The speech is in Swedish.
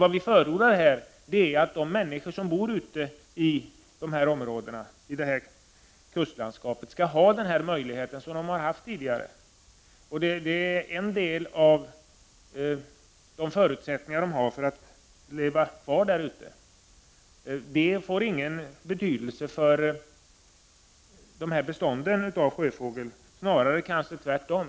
Vad vi förordar är emellertid att de människor som bor i kustlandskapet skall ha samma möjligheter som de har haft tidigare. Detta är en del av förutsättningarna för att de skall kunna leva kvar där ute. Det får ingen betydelse för bestånden av sjöfågel — snarare kanske tvärtom.